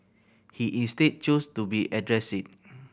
he instead chose to be address it